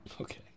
Okay